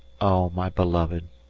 oh! my beloved,